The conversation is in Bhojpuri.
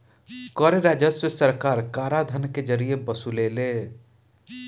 कर राजस्व सरकार कराधान के जरिए वसुलेले